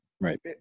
Right